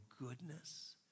goodness